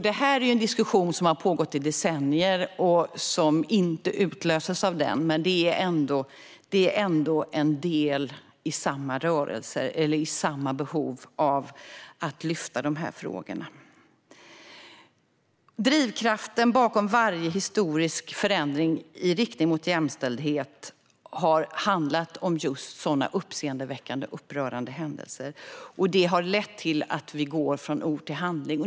Det här är ju en diskussion som har pågått i decennier och som inte utlöstes av den, men det är ändå en del i samma rörelse. Det handlar om samma behov av att lyfta dessa frågor. Drivkraften bakom varje historisk förändring i riktning mot jämställdhet har handlat om just sådana uppseendeväckande och upprörande händelser. Det har lett till att vi går från ord till handling.